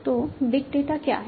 तो big data क्या है